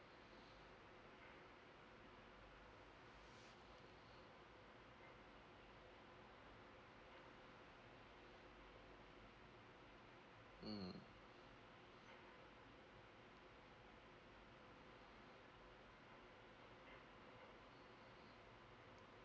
mm